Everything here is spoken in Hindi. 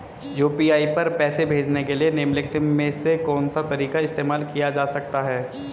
यू.पी.आई पर पैसे भेजने के लिए निम्नलिखित में से कौन सा तरीका इस्तेमाल किया जा सकता है?